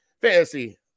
fantasy